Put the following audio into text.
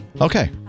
Okay